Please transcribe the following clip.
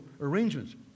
arrangements